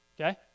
Okay